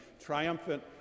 triumphant